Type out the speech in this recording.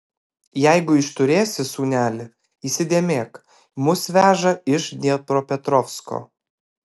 jeigu išturėsi sūneli įsidėmėk mus veža iš dniepropetrovsko